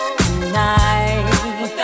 tonight